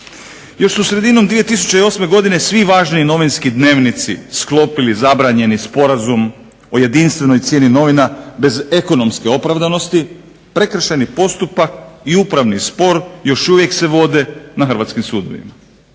Još su sredinom 2008. godine svi važniji novinski dnevnici sklopili zabranjeni sporazum o jedinstvenoj cijeni novina bez ekonomske opravdanosti, prekršajni postupak i upravni spor još uvijek se vode na Hrvatskim sudovima.